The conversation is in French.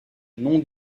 nom